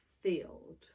field